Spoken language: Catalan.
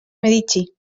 medici